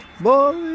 Boy